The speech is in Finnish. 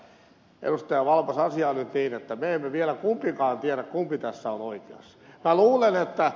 valpas asia on nyt niin että me emme vielä kumpikaan tiedä kumpi tässä on oikeassa